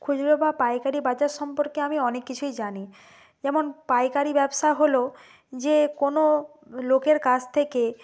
খুজরো বা পাইকারি বাজার সম্পর্কে আমি অনেক কিছুই জানি যেমন পাইকারি ব্যবসা হলো যে কোনো লোকের কাছ থেকে